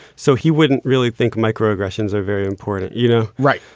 so he wouldn't really think micro aggressions are very important you know. right.